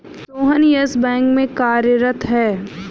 Sohan Yes Bank में कार्यरत है